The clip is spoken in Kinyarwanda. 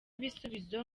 ibisubizo